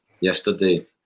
yesterday